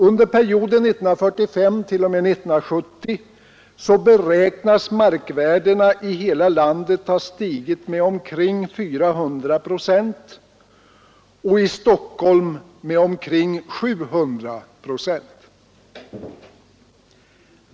Under perioden 1945—1970 beräknas markvärdena i hela landet ha stigit med omkring 400 procent och i Stockholm med omkring 700 procent.